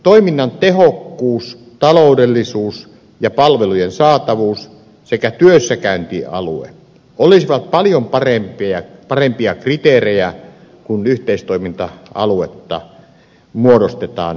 toiminnan tehokkuus taloudellisuus ja palvelujen saatavuus sekä työssäkäyntialue olisivat paljon parempia kriteerejä kun yhteistoiminta aluetta muodostetaan ja määritellään